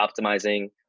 optimizing